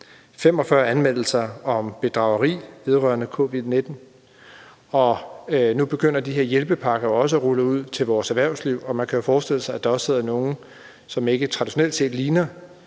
45 anmeldelser af bedrageri vedrørende covid-19. Og nu begynder de her hjælpepakker også at blive rullet ud til vores erhvervsliv, og man kan jo forestille sig, at der også sidder nogen, som ikke traditionelt set ligner